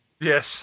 Yes